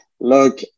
Look